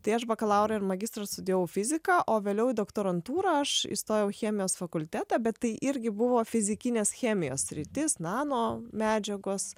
tai aš bakalaurą ir magistrą studijavau fiziką o vėliau į doktorantūrą aš įstojau chemijos fakultetą bet tai irgi buvo fizikinės chemijos sritis nano medžiagos